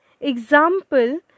Example